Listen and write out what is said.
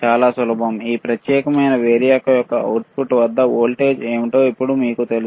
చాలా సులభం ఈ ప్రత్యేకమైన వేరియాక్ యొక్క అవుట్పుట్ వద్ద వోల్టేజ్ ఏమిటో ఇప్పుడు మీకు తెలుసు